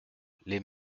les